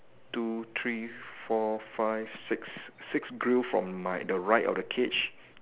two three four five six six blue from my the right of the cage